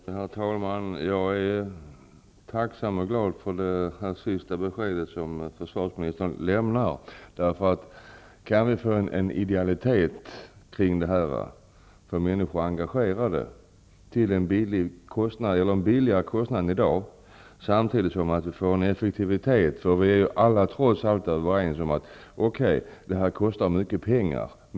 Herr talman! Jag är tacksam och glad för det senaste beskedet som försvarsministern lämnade. Det är bra om vi kan få en idealitet kring detta och få människor engagerade till samma kostnad som i dag samtidigt som vi uppnår effektivitet. Detta kostar mycket pengar.